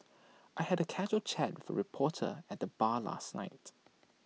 I had A casual chat for reporter at the bar last night